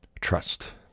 trust